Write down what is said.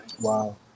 Wow